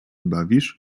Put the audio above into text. bawisz